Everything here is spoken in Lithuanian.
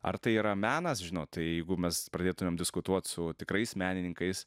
ar tai yra menas žinot jeigu mes pradėtumėm diskutuoti su tikrais menininkais